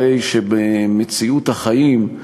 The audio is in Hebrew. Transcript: הרי שמציאות החיים,